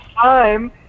time